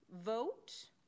vote